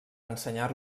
ensenyar